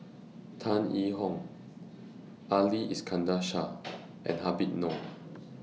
Tan Yee Hong Ali Iskandar Shah and Habib Noh